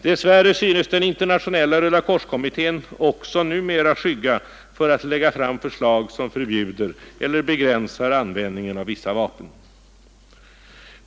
Dess värre synes Internationella rödakorskommittén också numera skygga för att lägga fram förslag som förbjuder eller begränsar användningen av vissa vapen.